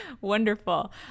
Wonderful